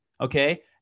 okay